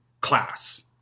class